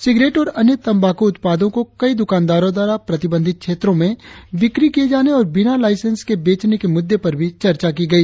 cigarette और अन्य तंबाकू उत्पादो को कई दुकानदारो द्वारा प्रतिबंधित क्षेत्रो में बिक्री किये जाने और बिना लाईसेंस के बेचने के मुद्दे पर भी चर्चा की गई